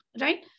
right